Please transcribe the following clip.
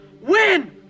Win